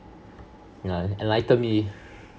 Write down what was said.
yeah enlighten me